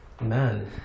Man